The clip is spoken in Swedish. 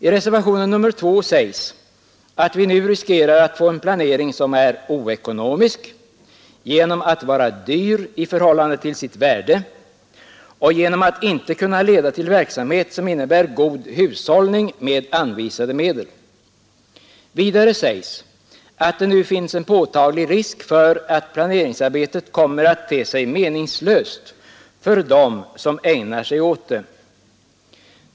I reservationen 2 sägs att vi nu riskerar att få en planering som är oekonomisk genom att vara dyr i förhållande till sitt värde och genom att inte kunna leda till en verksamhet som innebär god hushållning med anvisade medel. Vidare sägs att det finns en påtaglig risk för att planeringsarbetet kommer att te sig meningslöst för dem som ägnar sig åt det.